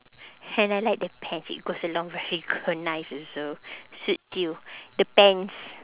and I like the pants it goes along very cu~ nice also suits you the pants